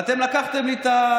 בוועדה למינוי דיינים,